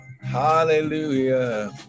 hallelujah